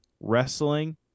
wrestling